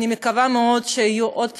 ואני מקווה מאוד שיהיו עוד בשורות,